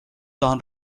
tahan